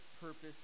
purpose